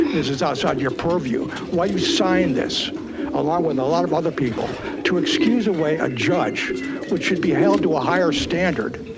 this is outside your purview, why you signed this along with a lot of other people to excuse away a judge which should be held to a higher standard